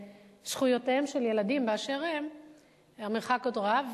זכויותיהם של ילדים באשר הם המרחק עוד רב,